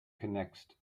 connects